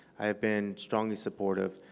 i've been strongly supportive.